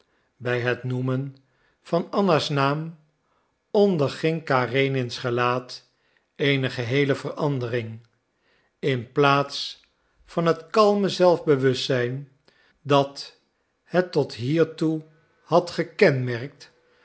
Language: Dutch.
bij het noemen van anna's naam onderging karenins gelaat eene geheele verandering in plaats van het kalme zelfbewustzijn dat het tot hiertoe had gekenmerkt